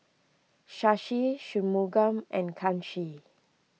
Shashi Shunmugam and Kanshi